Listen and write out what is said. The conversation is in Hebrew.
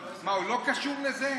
מה, הוא לא קשור לזה?